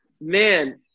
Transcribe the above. man